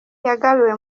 yagabiwe